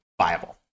viable